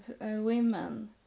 women